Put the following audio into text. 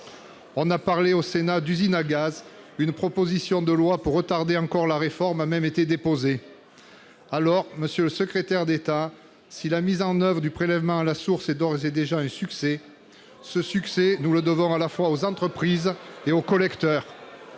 gaz. C'est une usine à gaz ! Une proposition de loi pour retarder encore la réforme a même été déposée. Votre question ! Alors, monsieur le secrétaire d'État, si la mise en oeuvre du prélèvement à la source est d'ores et déjà un succès, ce succès, nous le devons à la fois aux entreprises et collecteurs.